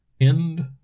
End